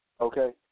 okay